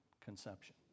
conception